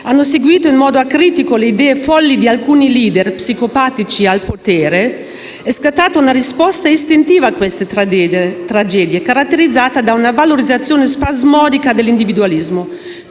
hanno seguito in modo acritico le idee folli di alcuni *leader*, psicopatici al potere, è scattata una risposta istintiva a queste tragedie, caratterizzata da una valorizzazione spasmodica dell'individualismo,